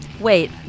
Wait